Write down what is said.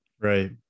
Right